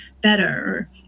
better